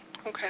Okay